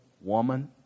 woman